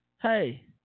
Hey